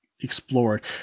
explored